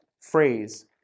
phrase